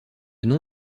nom